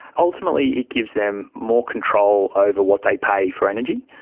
ultimately it gives them more control over what they pay for energy.